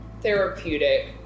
therapeutic